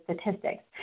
statistics